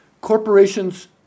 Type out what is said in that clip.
Corporations